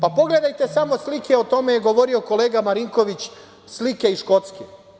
Pogledajte samo slike, o tome je govorio kolega Marinković, slike iz Škotske.